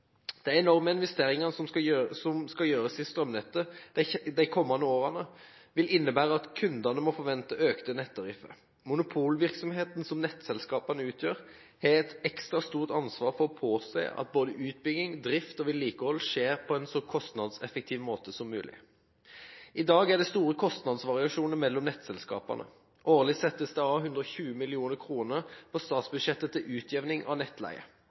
De enorme investeringene som skal gjøres i strømnettet de kommende årene, vil innebære at kundene må forvente økte nettavgifter. Monopolvirksomheten som nettselskapene utgjør, har et ekstra stort ansvar for å påse at både utbygging, drift og vedlikehold skjer på en så kostnadseffektiv måte som mulig. I dag er det store kostnadsvariasjoner mellom nettselskapene. Årlig settes det av 120 mill. kr på statsbudsjettet til utjevning av nettleie.